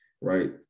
right